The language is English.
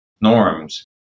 norms